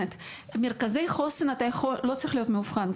במרכזי חוסן אדם לא צריך להיות מאובחן.